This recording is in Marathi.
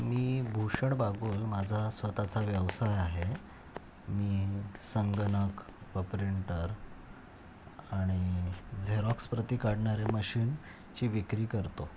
मी भूषण बागोल माझा स्वत चा व्यवसाय आहे मी संगणक व प्रिंटर आणि झेरॉक्स प्रति काढणारे मशीनची विक्री करतो